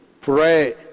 pray